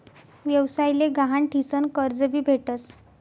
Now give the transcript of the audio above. व्यवसाय ले गहाण ठीसन कर्ज भी भेटस